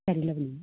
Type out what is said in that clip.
रायज्लायलाबायनो